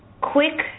Quick